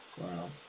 Wow